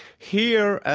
here,